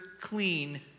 clean